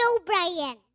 O'Brien